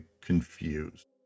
confused